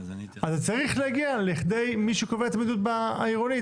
אז זה צריך להגיע לכדי מי שקובע את המדיניות העירונית.